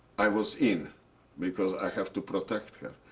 i was in because i have to protect her.